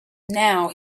now